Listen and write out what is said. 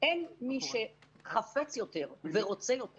אין מי שחפץ יותר ורוצה יותר